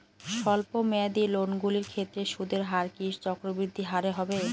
স্বল্প মেয়াদী লোনগুলির ক্ষেত্রে সুদের হার কি চক্রবৃদ্ধি হারে হবে?